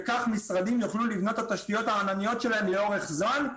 וכך המשרדים יוכלו לבנות את תשתיות הענן שלהם לאורך זמן,